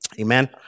amen